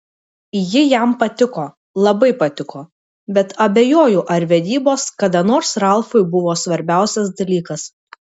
ji jam patiko labai patiko bet abejoju ar vedybos kada nors ralfui buvo svarbiausias dalykas